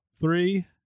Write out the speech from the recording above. Three